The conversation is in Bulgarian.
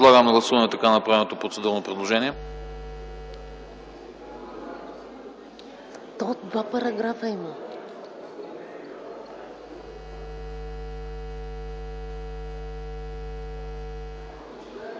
Подлагам на гласуване така направеното процедурно предложение.